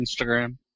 Instagram